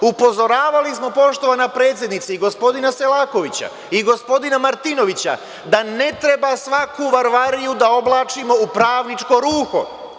Upozoravali smo, poštovana predsednice, i gospodina Selakovića i gospodina Martinovića da ne treba svaku varvariju da oblačimo u pravničko ruho.